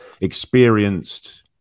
experienced